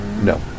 No